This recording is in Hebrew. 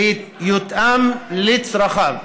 ויותאם לצרכיו.